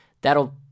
That'll